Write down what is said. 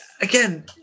again